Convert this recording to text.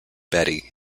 betty